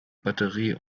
batterie